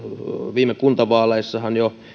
viime kuntavaaleissahan jo